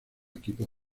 equipos